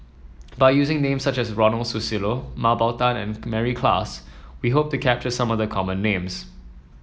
by using names such as Ronald Susilo Mah Bow Tan and Mary Klass we hope to capture some of the common names